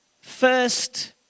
first